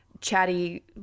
chatty